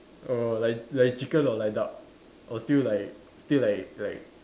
err like like chicken or like duck or still like still like like